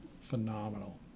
phenomenal